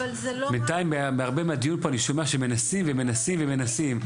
בינתיים הרבה בדיון פה אני שומע שמנסים ומנסים ומנסים.